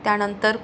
त्यानंतर